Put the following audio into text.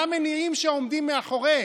מה המניעים שעומדים מאחורי?